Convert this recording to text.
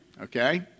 okay